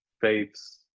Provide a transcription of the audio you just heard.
faiths